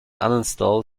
uninstall